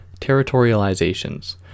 territorializations